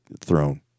throne